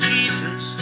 Jesus